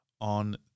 on